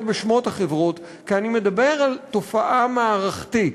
בשמות החברות כי אני מדבר על תופעה מערכתית.